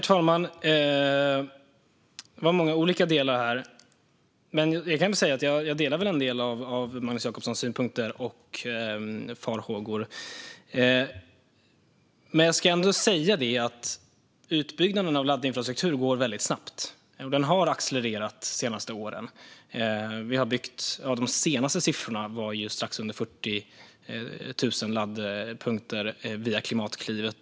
Herr talman! Det var många olika delar i detta. Men jag kan säga att jag delar en del av Magnus Jacobssons synpunkter och farhågor. Utbyggnaden av laddinfrastrukturen går väldigt snabbt. Den har accelererat de senaste åren. De senaste siffrorna är att vi har byggt strax under 40 000 laddpunkter via Klimatklivet.